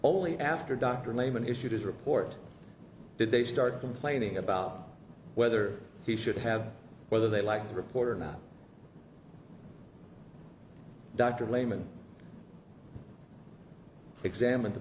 only after dr layman issued his report did they start complaining about whether he should have whether they like the report or not dr layman examined the